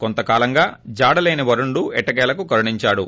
కోంత కాలంగా జాడలేని వరుణుడు ఎట్టకేల్లకు కరుణించాడు